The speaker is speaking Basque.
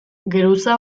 geruza